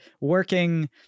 working